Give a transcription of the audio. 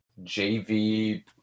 jv